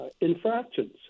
infractions